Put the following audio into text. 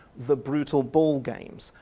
the brutal ball games,